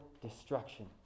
destruction